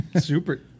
Super